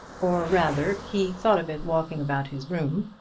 or rather he thought of it walking about his room,